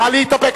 נא להתאפק.